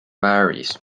varies